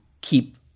keep